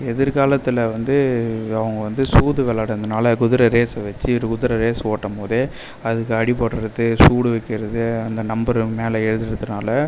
எதிர்காலத்தில வந்து அவங்க வந்து சூது விளையாடனுனால குதிர ரேஸ் வச்சு குதுர ரேஸ் ஓட்டம்போதே அதுக்கு அடிபட்டுறது சூடு வைக்கறது அந்த நம்பர் மேலே எழுதறதுனால